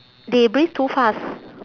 they breathe too fast